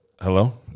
hello